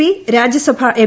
P Rajya Sabha M